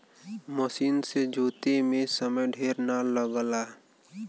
मसीन से जोते में समय ढेर ना लगला